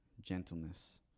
gentleness